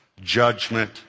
judgment